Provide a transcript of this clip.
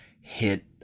hit